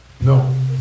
No